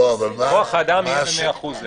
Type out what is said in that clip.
כוח האדם יהיה מאה אחוז.